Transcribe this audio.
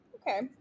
okay